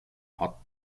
hot